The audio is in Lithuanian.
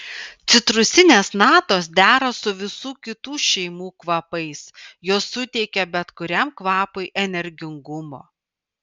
citrusinės natos dera su visų kitų šeimų kvapais jos suteikia bet kuriam kvapui energingumo